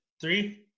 Three